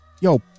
yo